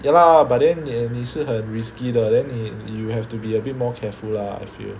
ya lah but then 你是很 risky 的 then 你 you have to be a bit more careful lah I feel